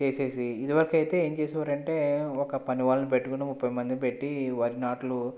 చేసేసి ఇదివరకు అయితే ఏం చేసేవారు అంటే ఒక పని వాళ్ళను పెట్టుకుని ముప్పై మంది పెట్టి వరి నాట్లు